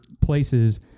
places